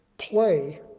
play